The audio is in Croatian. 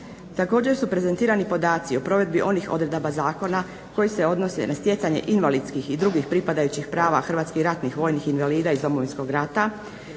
Također su prezentirani podaci o provedbi onih odredaba zakona koji se odnose na stjecanje invalidskih i drugih pripadajućih prava hrvatskih ratnih vojnih invalida iz Domovinskog rata